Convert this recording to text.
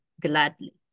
gladly